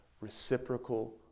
reciprocal